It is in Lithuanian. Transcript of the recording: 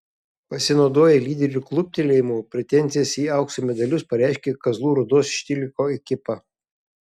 pasinaudoję lyderių kluptelėjimu pretenzijas į aukso medalius pareiškė kazlų rūdos stihl ekipa